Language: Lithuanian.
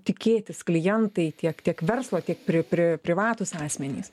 tikėtis klientai tiek tiek verslo tiek pri pri privatūs asmenys